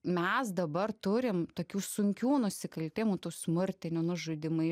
mes dabar turim tokių sunkių nusikaltimų tų smurtinių nužudymai